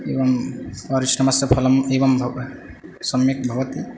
एवं परिश्रमस्य फलम् एवं भव सम्यक् भवति